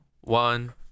one